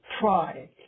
try